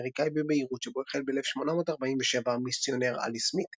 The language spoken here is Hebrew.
האמריקאי בביירות שבו החל ב-1847 המיסיונר עלי סמית.